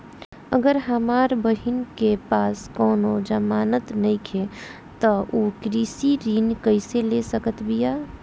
अगर हमार बहिन के पास कउनों जमानत नइखें त उ कृषि ऋण कइसे ले सकत बिया?